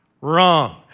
Wrong